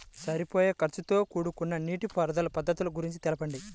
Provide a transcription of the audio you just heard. సరిపోయే ఖర్చుతో కూడుకున్న నీటిపారుదల పద్ధతుల గురించి చెప్పండి?